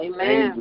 Amen